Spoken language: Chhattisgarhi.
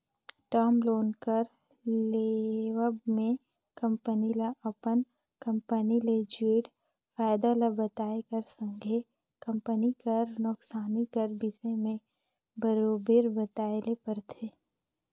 टर्म लोन कर लेवब में कंपनी ल अपन कंपनी ले जुड़ल फयदा ल बताए कर संघे कंपनी कर नोसकानी कर बिसे में बरोबेर बताए ले परथे